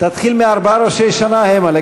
תתחיל מארבעה ראשי שנה המה.